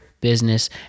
business